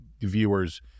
viewers